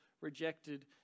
rejected